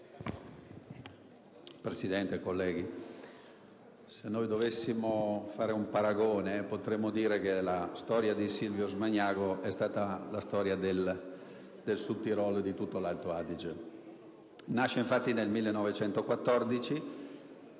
Presidente, colleghi, se dovessimo fare un paragone potremmo dire che la storia di Silvius Magnago è stata la storia del Sudtirolo e di tutto l'Alto Adige. Nasce, infatti, nel 1914